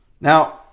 Now